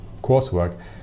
coursework